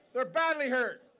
they are badly hurt.